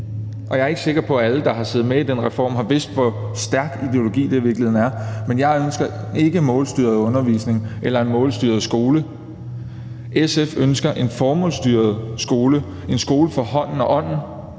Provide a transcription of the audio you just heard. og jeg er ikke sikker på, at alle, der har været med i den reform, har vidst, hvor stærk en ideologi, det i virkeligheden er. Men jeg ønsker ikke målstyret undervisning eller en målstyret skole. SF ønsker en formålstyret skole; en skole for hånden og ånden;